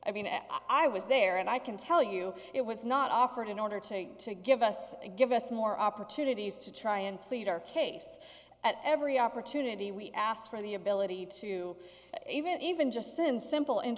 i mean i was there and i can tell you it was not offered in order to to give us give us more opportunities to try and plead our case at every opportunity we asked for the ability to even even just send simple in